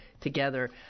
together